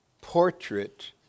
portrait